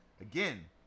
Again